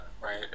right